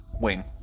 wing